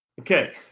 Okay